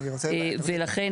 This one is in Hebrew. ולכן,